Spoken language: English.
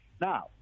Now